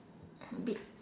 bit